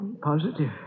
Positive